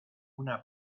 una